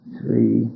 Three